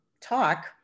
talk